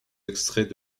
extraits